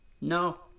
No